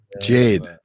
Jade